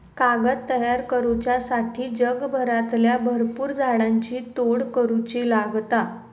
कागद तयार करुच्यासाठी जगभरातल्या भरपुर झाडांची तोड करुची लागता